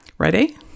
ready